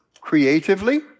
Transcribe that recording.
creatively